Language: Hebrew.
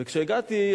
וכשהגעתי,